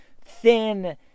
thin